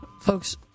folks